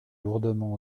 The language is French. lourdement